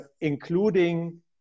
including